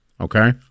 okay